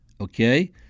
Okay